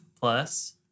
Plus